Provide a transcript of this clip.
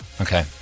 Okay